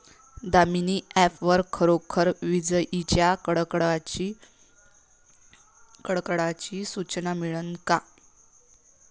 Damini app वर खरोखर विजाइच्या कडकडाटाची सूचना मिळन का?